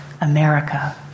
America